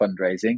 fundraising